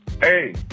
hey